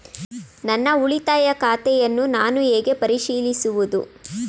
ನನ್ನ ಉಳಿತಾಯ ಖಾತೆಯನ್ನು ನಾನು ಹೇಗೆ ಪರಿಶೀಲಿಸುವುದು?